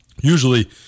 usually –